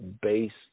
based